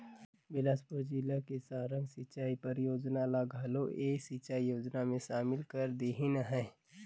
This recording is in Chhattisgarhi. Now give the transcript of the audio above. बेलासपुर जिला के सारंग सिंचई परियोजना ल घलो ए योजना मे सामिल कर देहिनह है